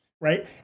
right